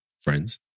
Friends